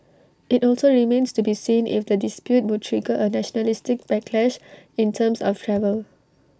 IT also remains to be seen if the dispute would trigger A nationalistic backlash in terms of travel